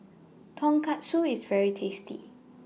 Tonkatsu IS very tasty